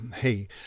hey